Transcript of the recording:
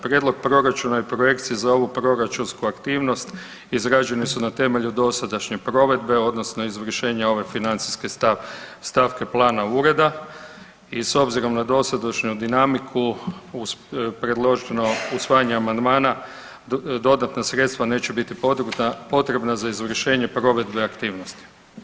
Prijedlog proračuna i projekcije za ovu proračunsku aktivnost izrađene su na temelju dosadašnje provedbe, odnosno izvršenja ove financijske stavke plana ureda i s obzirom na dosadašnju dinamiku uz predloženo usvajanje amandmana, dodatna sredstva neće biti potrebna za izvršenje provedbe aktivnosti.